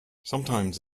sometimes